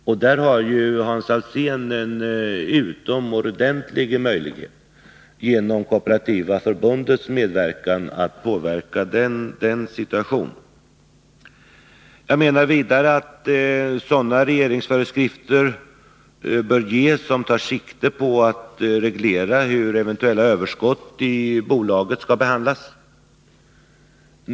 Hans Alsén har ju här en utomordentlig möjlighet att genom Kooperativa förbundet påverka denna situation. 23 Jag menar vidare att sådana regeringsföreskrifter bör ta sikte på att reglera hur eventuella överskott i bolaget skall behandlas.